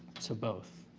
so both.